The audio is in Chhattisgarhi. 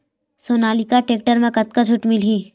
सोनालिका टेक्टर म कतका छूट मिलही?